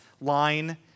line